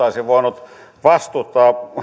olisin voinut vastustaa